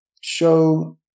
show